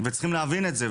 וצריכים להבין את זה,